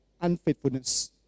unfaithfulness